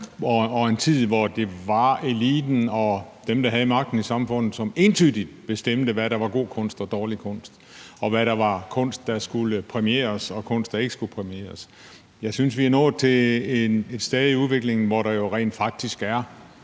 og en tid, hvor det var eliten og dem, der havde magten i samfundet, som entydigt bestemte, hvad der var god kunst og dårlig kunst, og hvad der var kunst, der skulle præmieres, og hvad der var kunst, der ikke skulle præmieres. Jeg synes, vi er nået til et stade i udviklingen, hvor der jo rent faktisk er